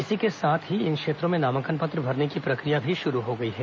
इसी के साथ ही इन क्षेत्रों में नामांकन पत्र भरने की प्रक्रिया शुरू हो गई है